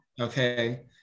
Okay